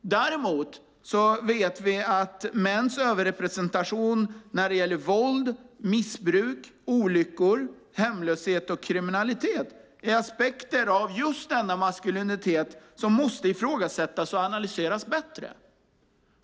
Däremot vet vi att mäns överrepresentation när det gäller våld, missbruk, olyckor, hemlöshet och kriminalitet är aspekter av just den maskulinitet som måste ifrågasättas och analyseras bättre.